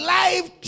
life